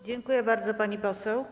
Dziękuję bardzo, pani poseł.